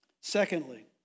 Secondly